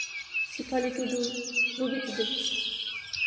ᱥᱮᱯᱷᱟᱞᱤ ᱴᱩᱰᱩ ᱨᱚᱵᱤ ᱴᱩᱰᱩ